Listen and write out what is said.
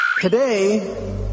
Today